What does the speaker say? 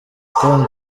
com